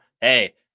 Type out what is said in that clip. Hey